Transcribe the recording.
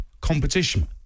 competition